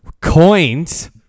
Coins